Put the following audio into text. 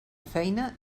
feina